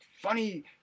funny